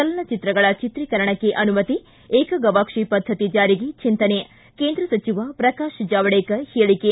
ಚಲನಚಿತ್ರಗಳ ಚಿತ್ರಿಕರಣಕ್ಕೆ ಅನುಮತಿ ಏಕಗವಾಕ್ಷಿ ಪದ್ಧತಿ ಜಾರಿಗೆ ಚಿಂತನೆ ಕೇಂದ್ರ ಸಚಿವ ಪ್ರಕಾಶ್ ಜಾವಡೆಕರ್ ಹೇಳಿಕೆ